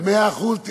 מאה אחוז,